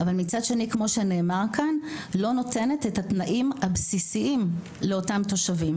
אבל מצד שני לא נותנת את התנאים הבסיסיים לאותם תושבים.